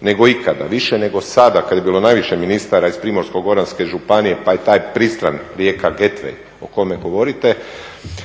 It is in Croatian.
nego ikada, više nego sada kada je bilo najviše ministara iz Primorsko-goranske županije pa je taj pristan Rijeka Gateway o kome govorite,